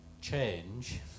change